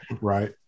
Right